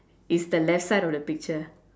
it's the left side of the picture